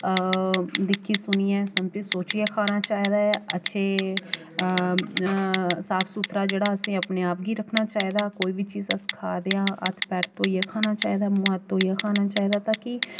दिक्खी सुनियै समझी सोचियै खाना चाहिदा ऐ अच्छे साफ सुथरा जेह्ड़ा असें ई अपने आप गी रक्खना चाहिदा कोई बी चीज अस खा देआं हत्थ पैर धोइयै खाना चाहिदा मूंह हत्थ धोइयै खाना चाहिदा तां जे